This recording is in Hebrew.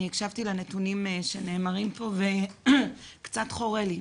אני הקשבתי לנתונים שנאמרים פה וקצת חורה לי,